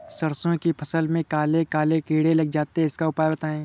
सरसो की फसल में काले काले कीड़े लग जाते इसका उपाय बताएं?